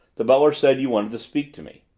the butler said you wanted to speak to me.